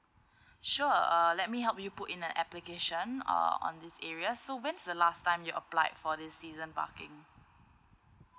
sure uh let me help you put in an application uh on this area so when's the last time you applied for this season parking